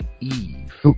Eve